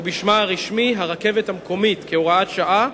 או בשמה הרשמי "הרכבת המקומית", כהוראת שעה,